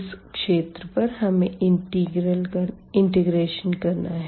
इस क्षेत्र पर हमें इंटेग्रेशन करना है